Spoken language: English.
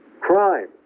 crime